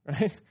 right